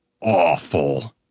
awful